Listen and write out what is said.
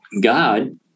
God